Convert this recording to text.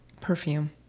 perfume